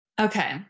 Okay